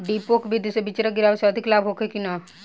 डेपोक विधि से बिचड़ा गिरावे से अधिक लाभ होखे की न?